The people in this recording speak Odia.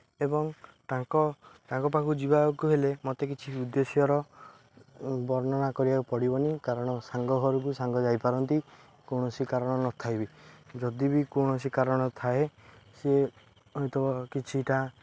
ଏବଂ ତାଙ୍କ ତାଙ୍କ ପାଖକୁ ଯିବାକୁ ହେଲେ ମୋତେ କିଛି ଉଦ୍ଦେଶ୍ୟର ବର୍ଣ୍ଣନା କରିବାକୁ ପଡ଼ିବନି କାରଣ ସାଙ୍ଗ ଘରକୁ ସାଙ୍ଗ ଯାଇପାରନ୍ତି କୌଣସି କାରଣ ନଥାଇବି ଯଦି ବି କୌଣସି କାରଣ ଥାଏ ସେ ହୋଇଥିବ କିଛିଟା